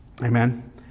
Amen